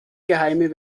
geheime